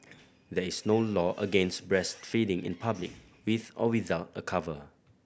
there is no law against breastfeeding in public with or without a cover